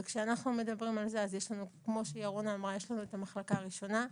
כשאנחנו מדברים על זה, יש לנו את המחלקה הראשונה,